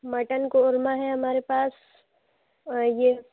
mutton korma ہے ہمارے پاس اور یہ